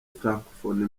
francophonie